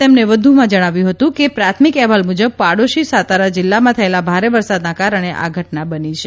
તેમણે વધુમાં જણાવ્યું હતું કે પ્રાથમિક અહેવાલ મુજબ પાડોશી સાતારા જિલ્લામાં થયેલા ભારે વરસાદના કારણે આ ઘટના બની હતી